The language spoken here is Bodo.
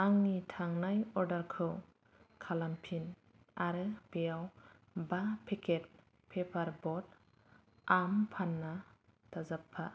आंनि थांनाय अर्डारखौ खालामफिन आरो बेयाव बा पेकेट पेपार बट आम पान्ना दाजाबफा